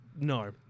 no